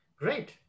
Great